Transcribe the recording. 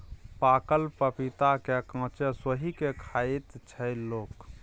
पाकल पपीता केँ कांचे सोहि के खाइत छै लोक